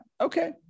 Okay